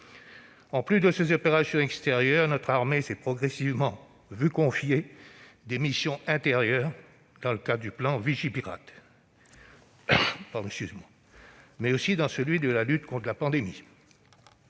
En plus de ces opérations extérieures, notre armée s'est progressivement vu confier des missions intérieures dans le cadre du plan Vigipirate, mais aussi dans celui de la lutte contre la pandémie.